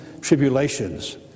tribulations